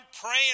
praying